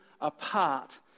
apart